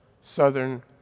Southern